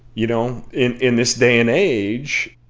you know, in in this day and age,